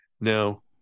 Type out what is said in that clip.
Now